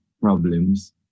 problems